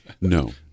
No